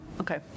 Okay